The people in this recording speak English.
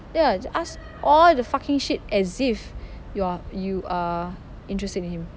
ya just ask all the fucking shit as if you are you are interested in him